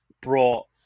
brought